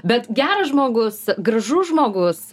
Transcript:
bet geras žmogus gražus žmogus